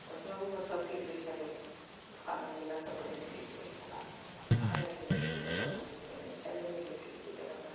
बहिनिओके सबकिछु होइ छलै खाना पीनासब बहिन सीखि लै छलै आब ने यूट्यूबके जमाना भेलै पहिने छलै नहि यूट्यूबके जमाना